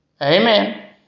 Amen